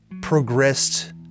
progressed